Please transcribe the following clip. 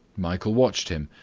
michael watched him,